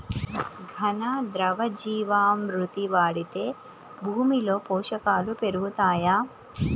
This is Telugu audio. ఘన, ద్రవ జీవా మృతి వాడితే భూమిలో పోషకాలు పెరుగుతాయా?